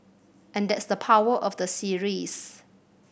and that's the power of the series